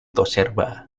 toserba